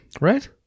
Right